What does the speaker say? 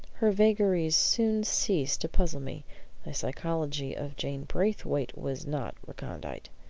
her vagaries soon ceased to puzzle me the psychology of jane braithwaite was not recondite.